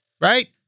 right